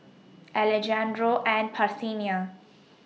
Alejandro and Parthenia